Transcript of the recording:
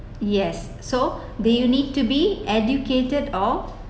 yes so do you need to be educated or